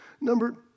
Number